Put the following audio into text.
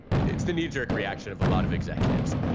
it's the knee jerk reaction of a lot of executives.